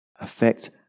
affect